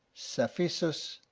saphisus,